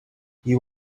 you